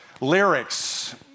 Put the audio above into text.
lyrics